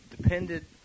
depended